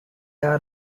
are